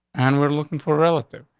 and we're looking for relatives.